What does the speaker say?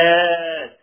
Yes